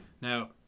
Now